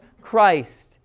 Christ